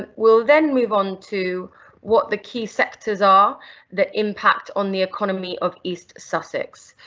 ah we'll then move on to what the key sectors are that impact on the economy of east sussex,